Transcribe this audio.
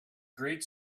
great